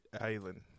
island